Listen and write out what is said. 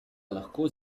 lahko